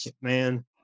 man